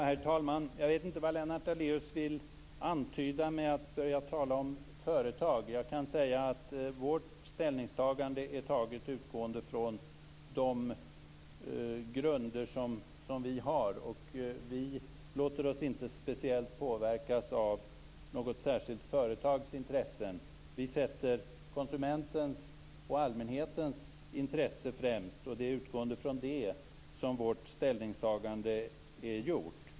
Herr talman! Jag vet inte vad Lennart Daléus vill antyda med att tala om företag. Vårt ställningstagande är gjort med utgångspunkt från de grunder som vi har. Vi låter oss inte påverkas speciellt av något särskilt företags intressen. Vi sätter konsumentens och allmänhetens intressen främst. Det är utgående från detta som vårt ställningstagande är gjort.